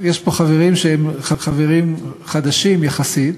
יש פה חברים שהם חדשים יחסית,